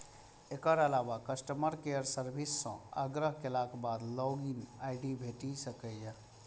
एकर अलावा customer care service सं आग्रह केलाक बाद लॉग इन आई.डी भेटि सकैए